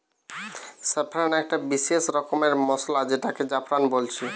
saffron একটি বিসেস রকমের মসলা যেটাকে জাফরান বলছে